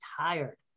tired